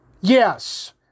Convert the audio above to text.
Yes